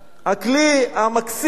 הכלי המקסים הזה,